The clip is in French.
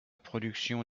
production